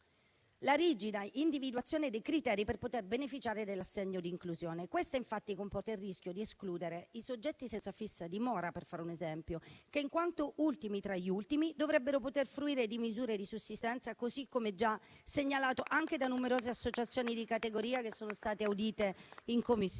la rigida individuazione dei criteri per poter beneficiare dell'assegno di inclusione. Questo, infatti, comporta il rischio di escludere i soggetti senza fissa dimora, per fare un esempio, che in quanto ultimi tra gli ultimi dovrebbero poter fruire di misure di sussistenza, così come già segnalato anche da numerose associazioni di categoria, che sono state audite in Commissione.